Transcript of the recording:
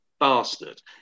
bastard